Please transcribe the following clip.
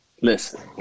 listen